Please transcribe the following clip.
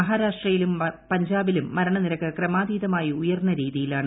മഹാരാഷ്ട്രയിലും പഞ്ചാബിലും മരണനിരക്ക് ക്രമാതീതമായി ഉയർന്ന രീതിയിലാണ്